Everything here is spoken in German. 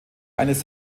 eines